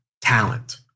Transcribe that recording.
talent